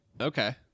Okay